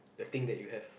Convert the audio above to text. the thing that you have